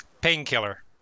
Painkiller